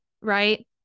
right